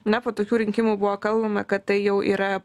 na po tokių rinkimų buvo kalbama kad tai jau yra